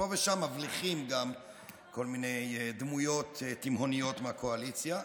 ופה ושם מבליחות גם כל מיני דמויות תימהוניות מהקואליציה,